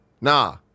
Nah